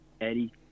Eddie